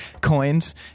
coins